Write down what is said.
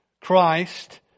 Christ